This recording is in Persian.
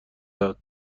داد